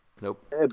Nope